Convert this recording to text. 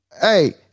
Hey